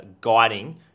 guiding